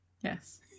Yes